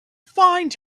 find